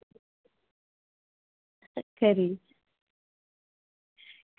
अच्छा जी